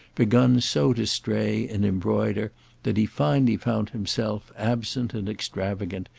begun so to stray and embroider that he finally found himself, absent and extravagant,